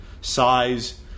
size